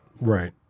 Right